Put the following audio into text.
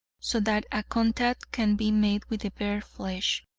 so that a contact can be made with the bare flesh.